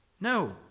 No